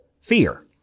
fear